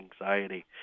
anxiety